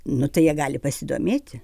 nu tai jie gali pasidomėti